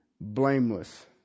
blameless